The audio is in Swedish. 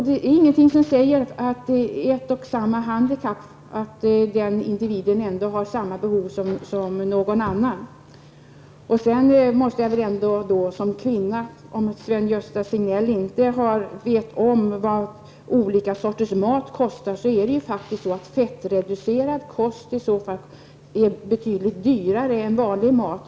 Det är ju ingenting som säger att det är ett och samma handikapp hos olika individer innebär att de alla har samma behov. Sedan måste jag i egenskap av kvinna -- om nu Sven-Gösta Signell inte vet vad olika sorters mat kostar -- framhålla att fettreducerad kost är betydligt dyrare än vanlig mat.